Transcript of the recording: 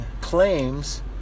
claims